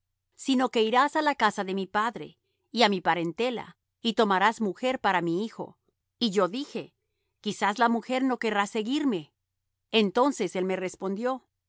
sino que irás á la casa de mi padre y á mi parentela y tomarás mujer para mi hijo y yo dije quizás la mujer no querrá seguirme entonces él me respondió